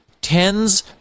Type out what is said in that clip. tens